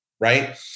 right